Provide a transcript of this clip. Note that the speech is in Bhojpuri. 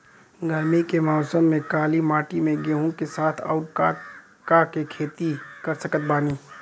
गरमी के मौसम में काली माटी में गेहूँ के साथ और का के खेती कर सकत बानी?